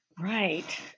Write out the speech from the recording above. Right